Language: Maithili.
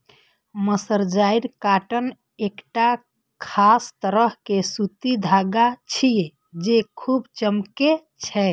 मर्सराइज्ड कॉटन एकटा खास तरह के सूती धागा छियै, जे खूब चमकै छै